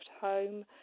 home